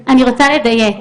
אני רוצה לדייק,